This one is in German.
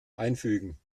einfügen